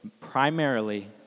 primarily